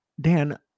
Dan